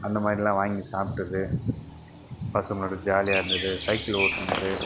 அந்தமாதிரிலான் வாங்கி சாப்பிட்டது பசங்களோட ஜாலியாகருந்தது சைக்கிள் ஓட்டினது